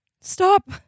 Stop